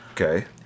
Okay